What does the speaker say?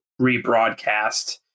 rebroadcast